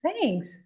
Thanks